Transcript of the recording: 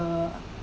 uh